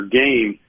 game